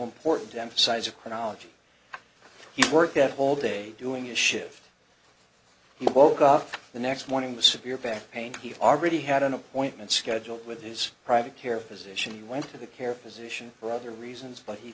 important to emphasize a chronology he worked at all day doing a shift he woke up the next morning with severe back pain he had already had an appointment scheduled with his private care physician he went to the care physician for other reasons but he